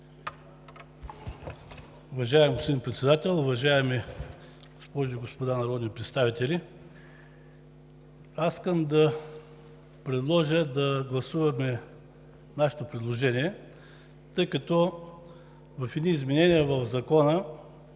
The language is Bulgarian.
Уважаеми господин Председател, уважаеми госпожи и господа народни представители! Аз искам да предложа да гласуваме нашето предложение, тъй като в едни изменения в Закона